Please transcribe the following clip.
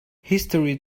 history